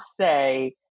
say